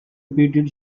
repeated